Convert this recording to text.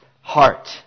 heart